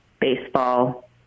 baseball